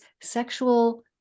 sexual